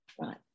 right